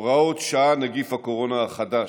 (הוראת שעה, נגיף הקורונה החדש)